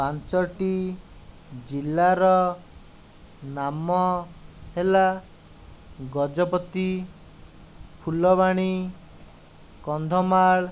ପାଞ୍ଚୋଟି ଜିଲ୍ଲାର ନାମ ହେଲା ଗଜପତି ଫୁଲବାଣୀ କନ୍ଧମାଳ